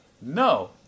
No